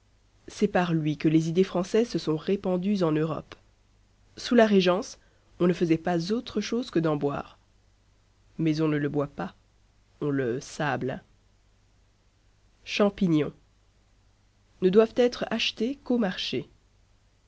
c'est par lui que les idées françaises se sont répandues en europe sous la régence on ne faisait pas autre chose que d'en boire mais on ne le boit pas on le sable champignons ne doivent être achetés qu'au marché